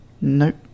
Nope